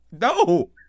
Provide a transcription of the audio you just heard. No